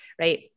right